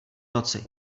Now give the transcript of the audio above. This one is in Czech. noci